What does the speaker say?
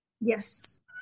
Yes